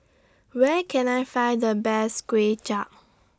Where Can I Find The Best Kuay Chap